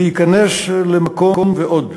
להיכנס למקום ועוד.